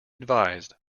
advised